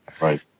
Right